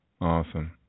Awesome